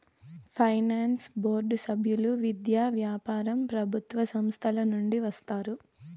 finance board సభ్యులు విద్య, వ్యాపారం ప్రభుత్వ సంస్థల నుండి వస్తారు